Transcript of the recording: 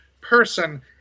person